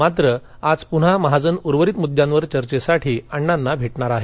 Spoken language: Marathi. मात्र आज पुन्हा महाजन उर्वरित मुद्द्यांवर चर्चेसाठी अण्णांना भेटणार आहेत